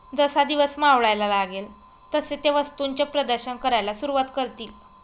जसा दिवस मावळायला लागेल तसे ते वस्तूंचे प्रदर्शन करायला सुरुवात करतील